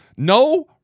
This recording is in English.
No